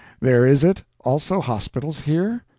there is it also hospitals here?